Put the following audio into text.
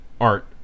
art